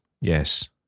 Yes